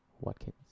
watkins